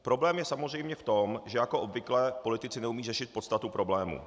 Problém je samozřejmě v tom, že jako obvykle politici neumějí řešit podstatu problému.